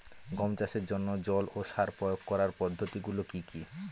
গম চাষের জন্যে জল ও সার প্রয়োগ করার পদ্ধতি গুলো কি কী?